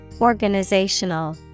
Organizational